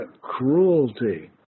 cruelty